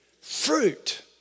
Fruit